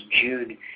Jude